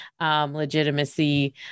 legitimacy